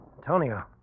Antonio